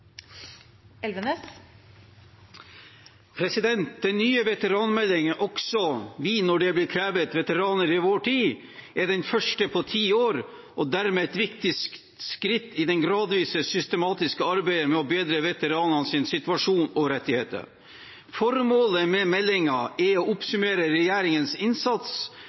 av. Den nye veteranmeldingen, Også vi når det blir krevet – Veteraner i vår tid, er den første på ti år og dermed et viktig skritt i det gradvise, systematiske arbeidet med å bedre veteranenes situasjon og rettigheter. Formålet med meldingen er å oppsummere regjeringens innsats